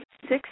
six